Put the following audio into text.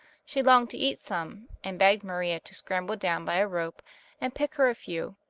she longed to eat some, and begged maria to scramble down by a rope and pick her a few,